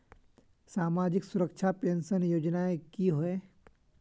सामाजिक सुरक्षा पेंशन योजनाएँ की होय?